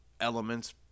elements